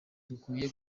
dukwiye